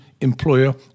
employer